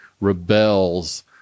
rebels